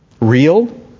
Real